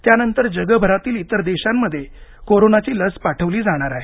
त्यानंतर जगभरातील इतर देशांमध्ये कोरोनाची लस पाठवली जाणार आहे